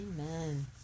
Amen